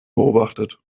beobachtet